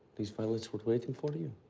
these violets were waiting for you.